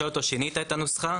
שינית את הנוסחה?